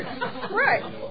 Right